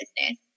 business